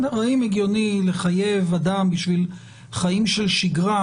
האם הגיוני לחייב אדם בשביל חיים של שגרה